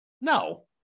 No